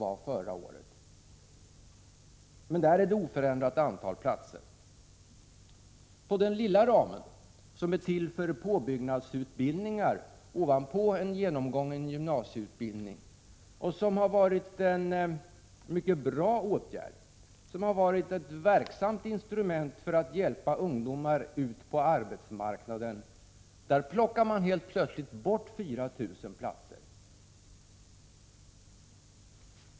Men i fråga om detta är det ett oförändrat antal platser. På den lilla ramen, som är till för påbyggnadsutbildningar ovanpå en genomgången gymnasieutbildning och som har varit ett mycket bra och verksamt instrument för att hjälpa ungdomar ut på arbetsmarknaden, plockar man helt plötsligt bort 4 000 platser.